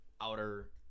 outer